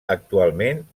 actualment